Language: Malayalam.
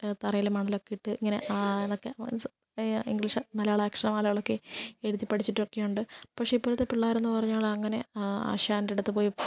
തറയില് മണലൊക്കെ ഇട്ട് ഇങ്ങനെ ആ ആന്നൊക്കെ മീൻസ് എ ഇംഗ്ലീഷ് മലയാള അക്ഷരമാലകളൊക്കെ എഴുതി പഠിച്ചിട്ടൊക്കെയുണ്ട് പക്ഷേ ഇപ്പഴത്തെ പിള്ളേരെന്ന് പറഞ്ഞ് കഴിഞ്ഞാല് അങ്ങനെ ആശാൻറ്റടുത്ത് പോയി